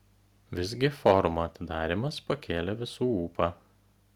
visgi forumo atidarymas pakėlė visų ūpą